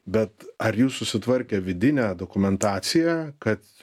bet ar jūs susitvarkę vidinę dokumentaciją kad